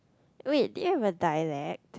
wait do you have a dialect